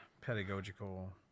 pedagogical